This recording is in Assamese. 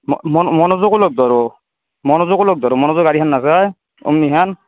মনোজকো লগ ধৰোঁ মনোজকো লগ ধৰোঁ মনোজৰ গাড়ীখন নাযায় অ'ম্নিখেন